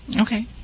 Okay